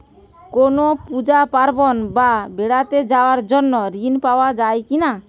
কোনো পুজো পার্বণ বা বেড়াতে যাওয়ার জন্য ঋণ পাওয়া যায় কিনা?